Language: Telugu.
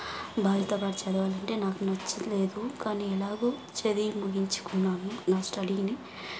బాయ్స్తో పాటు చదవాలంటే నాకు నచ్చలేదు కాని ఎలాగో చదివి ముగించుకున్నాను నా స్టడీని